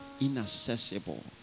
inaccessible